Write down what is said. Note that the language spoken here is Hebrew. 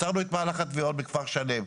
עצרנו את המהלך בכפר שלם.